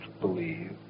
believe